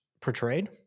portrayed